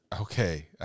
okay